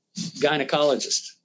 gynecologist